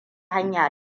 hanya